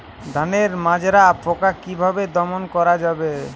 ধানের মাজরা পোকা কি ভাবে দমন করা যাবে?